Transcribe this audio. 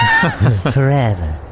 Forever